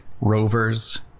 rovers